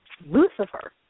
Lucifer